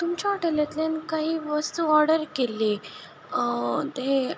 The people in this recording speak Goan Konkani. तुमच्या हॉटेलांतल्यान कांय वस्तू ऑर्डर केल्ली तें